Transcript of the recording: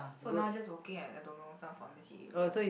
so now just working at a don't know some pharmacy area